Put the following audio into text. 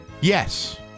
Yes